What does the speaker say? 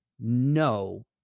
no